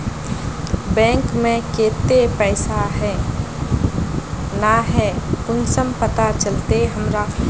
Bank में केते पैसा है ना है कुंसम पता चलते हमरा?